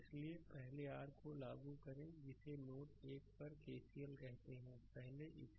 इसलिए पहले r को लागू करें जिसे नोड 1 पर केसीएल कहते हैं पहले इसे